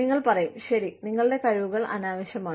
നിങ്ങൾ പറയും ശരി നിങ്ങളുടെ കഴിവുകൾ അനാവശ്യമാണ്